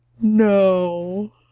No